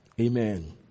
Amen